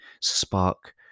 spark